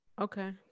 okay